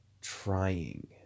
trying